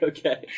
Okay